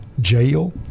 jail